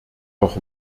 doch